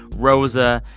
rosa,